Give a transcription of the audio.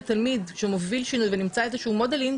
תלמיד שמוביל שינוי ונמצא איזשהו modeling,